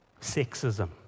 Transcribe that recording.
Sexism